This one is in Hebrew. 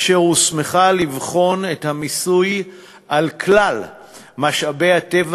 אשר הוסמכה לבחון את המיסוי על כלל משאבי הטבע